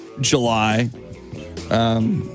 July